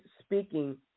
speaking